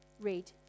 read